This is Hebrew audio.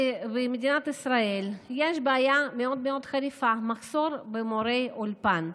במדינת ישראל יש בעיה מאוד מאוד חריפה: מחסור במורי אולפן.